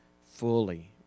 fully